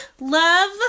love